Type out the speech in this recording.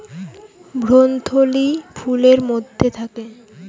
ভ্রূণথলি ফুলের মধ্যে থাকে